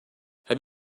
have